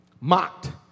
Mocked